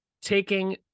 Taking